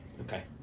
Okay